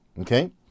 Okay